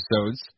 episodes